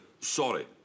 sorry